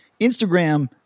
Instagram